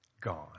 gone